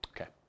Okay